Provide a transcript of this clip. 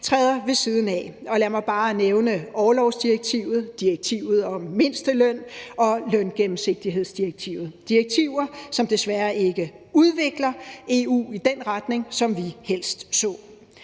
Venstres optik; og lad mig bare nævne: orlovsdirektivet, direktivet om mindsteløn og løngennemsigtighedsdirektivet – direktiver, som desværre ikke udvikler EU i den retning, som vi helst så.